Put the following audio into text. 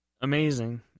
amazing